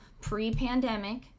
pre-pandemic